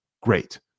Great